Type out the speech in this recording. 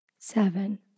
seven